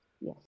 Yes